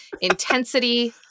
intensity